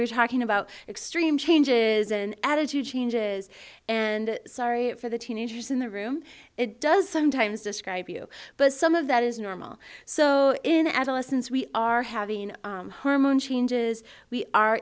we're talking about extreme change is an attitude changes and sorry for the teenagers in the room it does sometimes describe you but some of that is normal so in adolescence we are having hormone changes we are